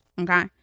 okay